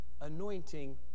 anointing